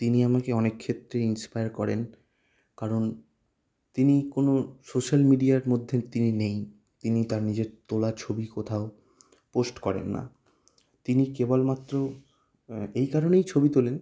তিনি আমাকে অনেক ক্ষেত্রেই ইন্সপায়ার করেন কারণ তিনি কোনও সোশ্যাল মিডিয়ার মধ্যে তিনি নেই তিনি তার নিজের তোলা ছবি কোথাও পোস্ট করেন না তিনি কেবলমাত্র এই কারণেই ছবি তোলেন